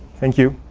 thank you.